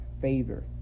favor